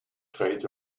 phase